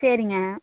சரிங்க